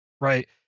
Right